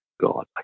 God